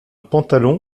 pantalon